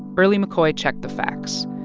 berly mccoy checked the facts.